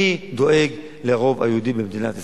אני דואג לרוב היהודי במדינת ישראל.